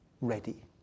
ready